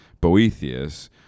Boethius